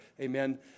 amen